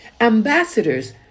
ambassadors